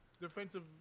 Defensive